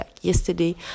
yesterday